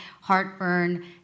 heartburn